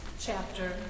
chapter